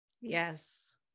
Yes